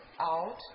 out